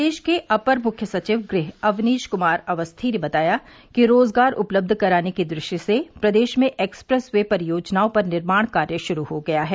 प्रदेश के अपर मुख्य सचिव गृह अवनीश कुमार अवस्थी ने बताया कि रोजगार उपलब्ध कराने की दृष्टि से प्रदेश में एक्सप्रेस वे परियोजनाओं पर निर्माण कार्य शुरू हो गया है